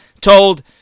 told